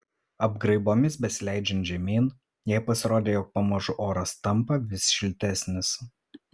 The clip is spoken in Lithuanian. apgraibomis besileidžiant žemyn jai pasirodė jog pamažu oras tampa vis šiltesnis